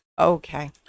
Okay